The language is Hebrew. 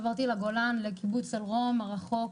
עברתי לגולן, לקיבוץ אלרום הרחוק,